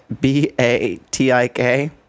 B-A-T-I-K